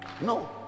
no